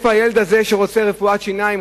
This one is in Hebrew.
מה עם הילד הזה שרוצה רפואת שיניים,